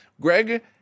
Greg